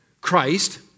Christ